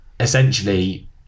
essentially